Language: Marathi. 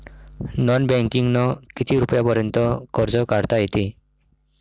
नॉन बँकिंगनं किती रुपयापर्यंत कर्ज काढता येते?